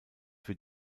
wird